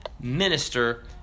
minister